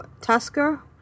Tusker